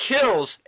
kills